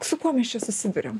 su kuo mes čia susiduriam